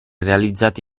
realizzata